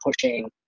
pushing